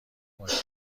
ماشین